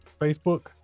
facebook